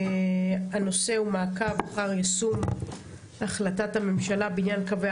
הנושא: מעקב אחר יישום החלטת הממשלה בעניין קווי